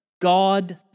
God